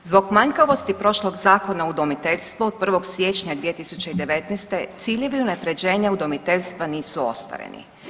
Zbog manjkavosti prošlog zakona o udomiteljstvu od 1. siječnja 2019. ciljevi unaprjeđenja udomiteljstva nisu ostvareni.